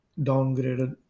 downgraded